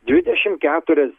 dvidešimt keturias